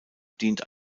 dient